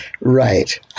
Right